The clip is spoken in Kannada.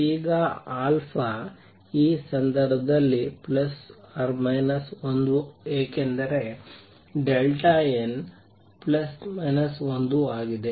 ಈಗ ಈ ಸಂದರ್ಭದಲ್ಲಿ 1 ಏಕೆಂದರೆ n 1 ಆಗಿದೆ